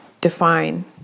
define